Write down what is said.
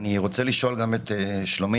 אני רוצה לשאול גם את שלומית,